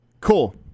Cool